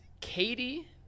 Katie